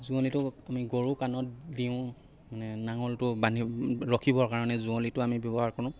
যুঁৱলিটো আমি গৰুৰ কাণত দিওঁ মানে নাঙলটো বান্ধি ৰখিবৰ কাৰণে যুঁৱলিটো আমি ব্যৱহাৰ কৰোঁ